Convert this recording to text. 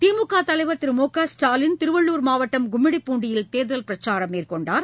திமுக தலைவர் திரு மு க ஸ்டாலின் திருவள்ளுர் மாவட்டம் கும்மிடிப்பூண்டியில் தேர்தல் பிரச்சாரம் மேற்னொண்டார்